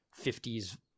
50s